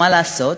מה לעשות.